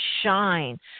shine